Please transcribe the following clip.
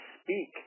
speak